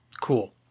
Cool